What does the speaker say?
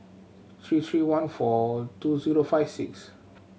three three one four two zero five six